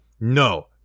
No